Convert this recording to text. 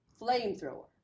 flamethrower